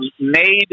made